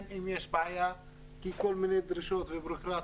אם יש בעיה כי יש כל מיני דרישות ובירוקרטיה,